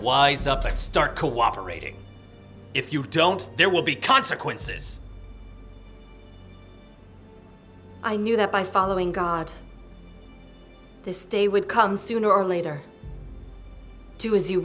wise up and start cooperating if you don't there will be consequences i knew that by following god this day would come sooner or later do as you